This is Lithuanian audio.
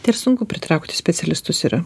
tai ar sunku pritraukti specialistus yra